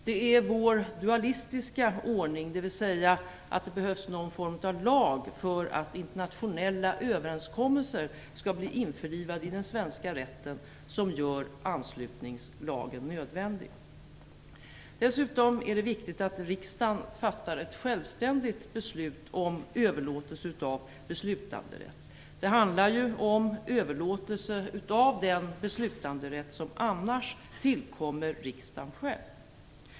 Det är vår dualistiska ordning, dvs. att det behövs någon form av lag för att internationella överenskommelser skall bli införlivade i den svenska rätten, som gör anslutningslagen nödvändig. Dessutom är det viktigt att riksdagen fattar ett självständigt beslut om överlåtelse av beslutanderätt. Det handlar ju om överlåtelse av den beslutanderätt som annars tillkommer riksdagen själv.